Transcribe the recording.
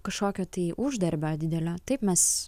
kažkokio tai uždarbio didelio taip mes